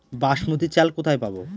বাসমতী চাল কোথায় পাবো?